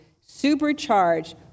supercharged